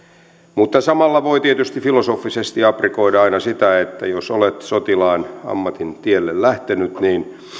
mutta samalla voi tietysti filosofisesti aprikoida aina sitä että jos olet sotilaan ammatin tielle lähtenyt niin